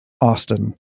Austin